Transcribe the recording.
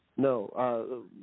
No